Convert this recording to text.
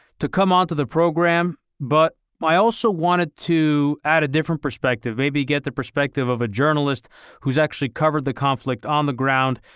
to come onto the program. but i also wanted to add a different perspective, maybe get the perspective of a journalist who's actually covered the conflict on the ground.